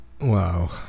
Wow